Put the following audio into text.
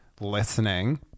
listening